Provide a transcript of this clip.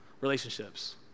relationships